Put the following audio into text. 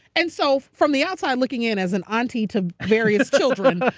and so from the outside looking in as an auntie to various children,